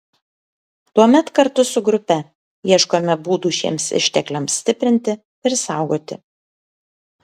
tuomet kartu su grupe ieškome būdų šiems ištekliams stiprinti ir saugoti